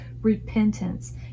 repentance